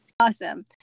Awesome